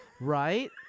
right